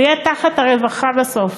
זה יהיה תחת הרווחה בסוף.